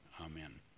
amen